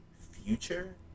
future